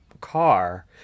car